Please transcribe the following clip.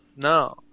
No